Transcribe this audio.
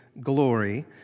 glory